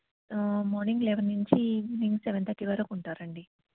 morning eleven నుంచి evening seven thirty వరకు ఉంటారు అండి